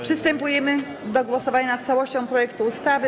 Przystępujemy do głosowania nad całością projektu ustawy.